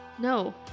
No